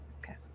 Okay